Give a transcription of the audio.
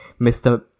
Mr